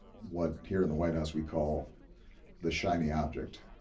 what here in the white house we call the shiny object